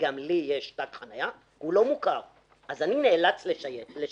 שגם לי יש תג חניה, הוא לא מוכר אז אני נאלץ לשלם.